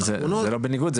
זה לא בניגוד,